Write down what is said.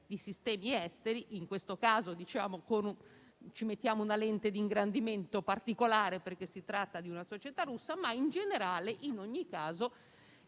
di sistemi esteri; in questo caso ci mettiamo una lente di ingrandimento particolare, perché si tratta di una società russa, ma in generale in ogni caso